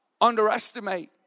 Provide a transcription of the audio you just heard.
Underestimate